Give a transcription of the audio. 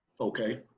Okay